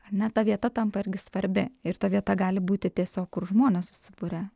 ar ne ta vieta tampa irgi svarbi ir ta vieta gali būti tiesiog kur žmonės susiburia